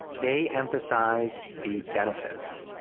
they emphasize the benefits.